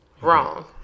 wrong